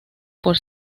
por